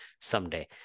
someday